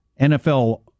NFL